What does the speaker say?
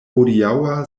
hodiaŭa